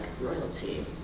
royalty